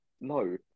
No